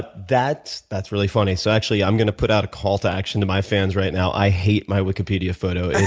ah that's that's really funny. so actually i'm gonna put out a call to action to my fans right now, i hate my wikipedia photo.